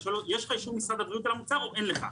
אני שואל אותו 'יש לך אישור של משרד הבריאות או אין לך',